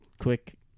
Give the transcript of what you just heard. quick